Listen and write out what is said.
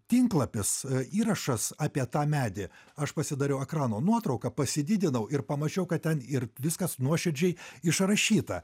tinklapis įrašas apie tą medį aš pasidariau ekrano nuotrauką pasididinau ir pamačiau kad ten ir viskas nuoširdžiai išrašyta